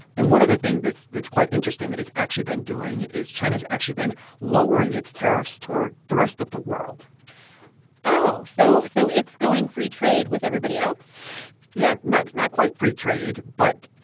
and one of the things that's that's quite interesting that it's actually been doing is china's actually been lowering its tariffs toward the rest of the world oh, so so it's going free trade with everybody else yeah, not not quite free trade. but,